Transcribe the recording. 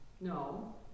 No